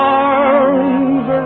arms